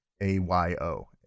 A-Y-O